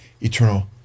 eternal